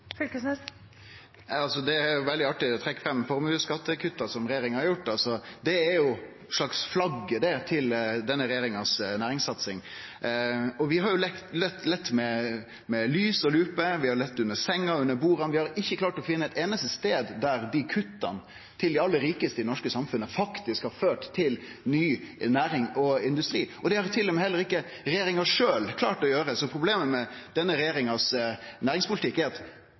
Fylkesnes – til oppfølgingsspørsmål. Det er veldig artig å trekkje fram formuesskattekutta som regjeringa har gjort. Det er eit slags flagg i denne regjeringas næringssatsing. Vi har leita med lys og lupe, vi har leita under senga og under bordet, og vi har ikkje klart å finne ein einaste stad der kutta til dei aller rikaste i det norske samfunnet faktisk har ført til ny næring og industri. Det har heller ikkje regjeringa sjølv klart å gjere, så problemet med denne regjeringas næringspolitikk er at